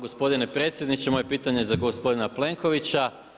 Gospodine predsjedniče moje je pitanje za gospodina Plenkovića.